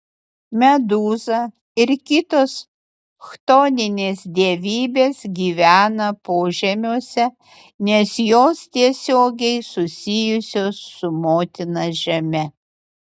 medūza ir kitos chtoninės dievybės gyvena požemiuose nes jos tiesiogiai susijusios su motina žeme